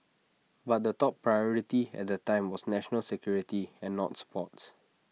but the top priority at that time was national security and not sports